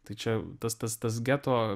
tai čia tas tas tas geto